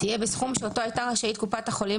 -- תהיה בסכום שאותו הייתה רשאית קופת החולים